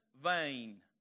vain